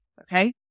Okay